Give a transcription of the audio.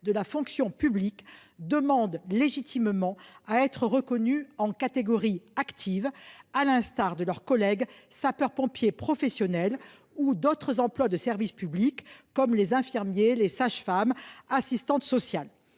de la fonction publique, demandent légitimement à être reconnus comme relevant de la catégorie active, à l’instar de leurs collègues sapeurs pompiers professionnels ou d’autres emplois de service public comme les infirmiers, les sages femmes ou les assistantes sociales.